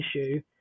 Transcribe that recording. issue